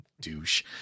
douche